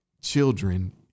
children